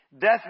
Death